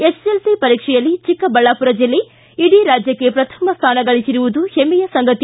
ಎಸ್ಸೆಸ್ಸೆಲ್ಲಿ ಪರೀಕ್ಷೆಯಲ್ಲಿ ಚಿಕ್ಕಬಳ್ಳಾಪುರ ಜಿಲ್ಲೆ ಇಡೀ ರಾಜ್ಯಕ್ಕೆ ಪ್ರಥಮ ಸ್ಥಾನ ಗಳಿಸಿರುವುದು ಹೆಮ್ಮೆಯ ಸಂಗತಿ